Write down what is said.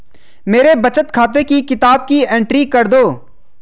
मेरे बचत खाते की किताब की एंट्री कर दो?